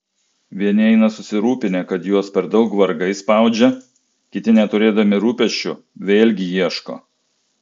vieni eina susirūpinę kad juos per daug vargai spaudžia kiti neturėdami rūpesčių vėlgi ieško